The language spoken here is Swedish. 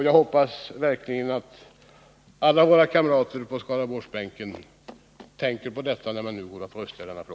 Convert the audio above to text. Jag hoppas verkligen att alla våra kamrater på Skaraborgsbänken tänker på detta, när de nu går att rösta i